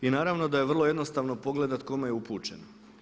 I naravno da je vrlo jednostavno pogledati kome je upućeno.